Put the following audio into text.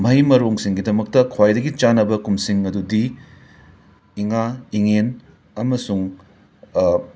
ꯃꯍꯩ ꯃꯔꯣꯡꯁꯤꯡꯒꯤꯗꯃꯛꯇ ꯈ꯭ꯋꯥꯏꯗꯒꯤ ꯆꯥꯟꯅꯕ ꯀꯨꯝꯁꯤꯡ ꯑꯗꯨꯗꯤ ꯏꯉꯥ ꯏꯉꯦꯟ ꯑꯃꯁꯨꯡ